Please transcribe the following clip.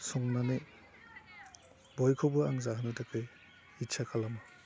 संनानै बयखौबो आं जाहोनो थाखाय इतसा खालामो